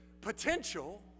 potential